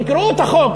תקראו את החוק,